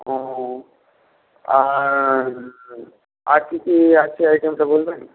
ওহ আর আর কি কি আছে আইটেমটা বলবেন